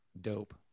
dope